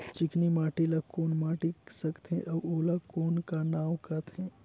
चिकनी माटी ला कौन माटी सकथे अउ ओला कौन का नाव काथे?